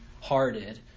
hearted